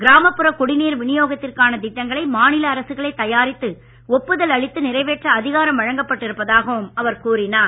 கிராமப்புற குடிநீர் விநியோகத்திற்கான திட்டங்களை மாநில அரசுகளே தயாரித்து ஒப்புதல் அளித்து நிறைவேற்ற அதிகாரம் வழங்கப்பட்டு இருப்பதாகவும் அவர் கூறியுள்ளார்